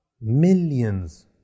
millions